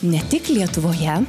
ne tik lietuvoje